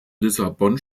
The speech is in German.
lissabon